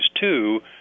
two